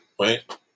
right